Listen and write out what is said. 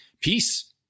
peace